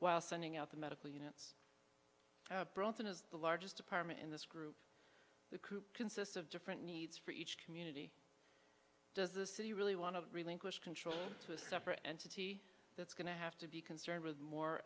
while sending out the medical units bronson is the largest department in this group coop consists of different needs for each community does the city really want to relinquish control to a separate entity that's going to have to be concerned with more